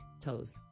toes